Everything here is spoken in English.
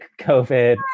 COVID